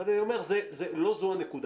אבל לו זו הנקודה.